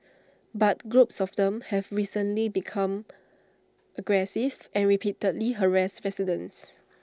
but groups of them have recently become aggressive and repeatedly harassed residents